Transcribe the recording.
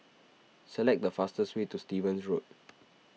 select the fastest way to Stevens Road